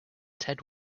ted